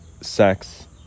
sex